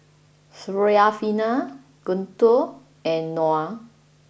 Syarafina Guntur and Noah